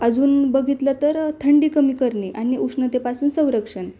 अजून बघितलं तर थंडी कमी करणे आणि उष्णतेपासून संरक्षण